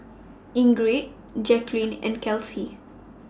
Ingrid Jacqueline and Kelsea